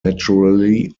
naturally